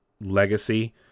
legacy